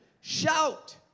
Shout